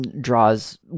draws